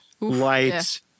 lights